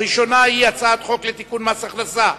הראשונה היא הצעת חוק לתיקון פקודת מס הכנסה (מס'